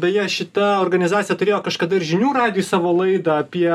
beje šita organizacija turėjo kažkada ir žinių radijuj savo laidą apie